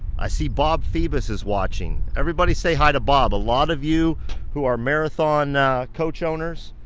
i see bob phoebus is watching. everybody say hi to bob. a lot of you who are marathon coach owners,